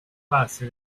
base